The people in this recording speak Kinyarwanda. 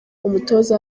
umutoza